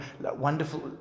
wonderful